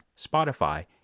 Spotify